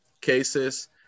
cases